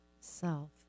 self